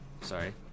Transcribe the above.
Sorry